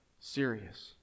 serious